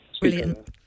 Brilliant